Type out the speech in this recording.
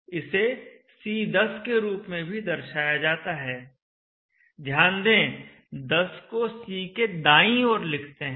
इसे C10 के रूप में भी दर्शाया जाता है ध्यान दें 10 को C के दाईं ओर लिखते हैं